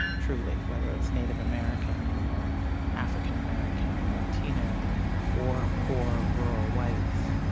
truly, whether it's native american or african american or latino or poor, rural whites,